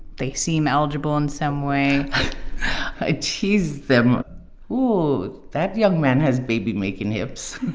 they seem eligible in some way i tease them oh, that young man has baby-making hips